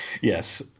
Yes